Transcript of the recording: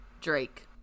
Drake